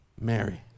mary